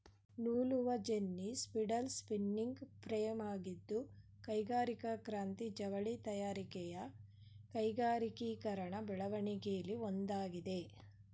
ನೂಲುವಜೆನ್ನಿ spindle spinning ಫ್ರೇಮಾಗಿದ್ದು ಕೈಗಾರಿಕಾ ಕ್ರಾಂತಿ ಜವಳಿ ತಯಾರಿಕೆಯ ಕೈಗಾರಿಕೀಕರಣ ಬೆಳವಣಿಗೆಲಿ ಒಂದಾಗಿದೆ